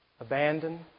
Abandoned